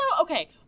okay